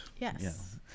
yes